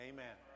Amen